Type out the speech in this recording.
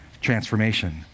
Transformation